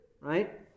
Right